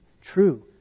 True